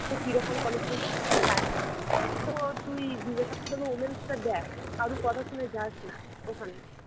কী রকম কলেজ তো তুই জানিস তো তুই বিবেকানন্দ উমেন্সটা দেখ কারো কথা শুনে যাস না ওখানে